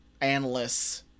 analysts